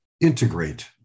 integrate